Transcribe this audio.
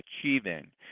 achieving